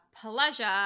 pleasure